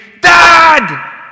Dad